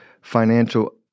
financial